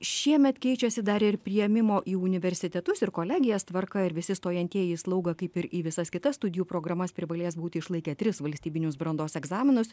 šiemet keičiasi dar ir priėmimo į universitetus ir kolegijas tvarka ir visi stojantieji į slaugą kaip ir į visas kitas studijų programas privalės būti išlaikę tris valstybinius brandos egzaminus